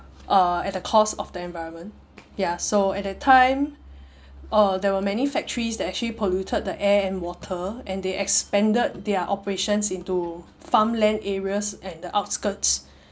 uh at the cost of the environment ya so at that time uh there were many factories that actually polluted the air and water and they expanded their operations into farmland areas and the outskirts